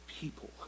people